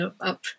up